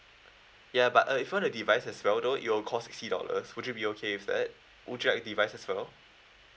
ya but uh if you want a device as well though it will cost sixty dollars would you be okay with that would you like a device as well